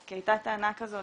כי הייתה טענה כזו